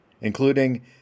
including